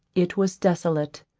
it was desolate.